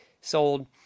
sold